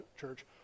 Church